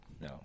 No